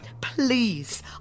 please